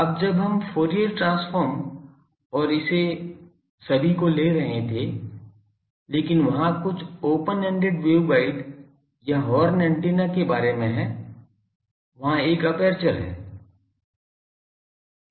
अब जब हम फूरियर ट्रांसफॉर्म और इन सभी को ले रहे थे लेकिन वहाँ कुछ ओपन एंडेड वेवगाइड या हॉर्न एंटीना के बारे में है कि वहाँ एक एपर्चर है